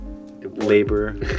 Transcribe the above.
labor